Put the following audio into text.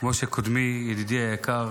כמו שקודמי, ידידי היקר